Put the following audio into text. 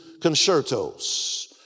concertos